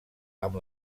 amb